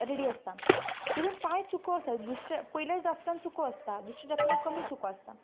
ready आसता तातूंत कांय चुको आसत पयल्या ड्राफ्टान चुको आसता दुसऱ्या ड्राफ्टान कमी चुको आसता